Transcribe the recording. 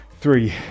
three